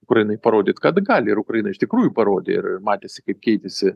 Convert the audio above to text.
ukrainai parodyt kad gali ir ukraina iš tikrųjų parodė ir matėsi kaip keitėsi